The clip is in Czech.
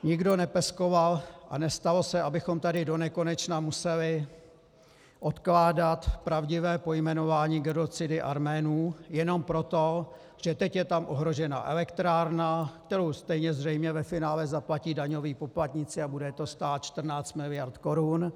Nikdo nepeskoval a nestalo se, abychom tady donekonečna museli odkládat pravdivé pojmenování genocidy Arménů jenom proto, že teď je tam ohrožena elektrárna, kterou stejně zřejmě ve finále zaplatí daňoví poplatníci, a bude je to stát 14 mld. korun.